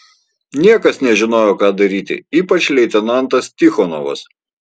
niekas nežinojo ką daryti ypač leitenantas tichonovas